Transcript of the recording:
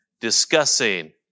discussing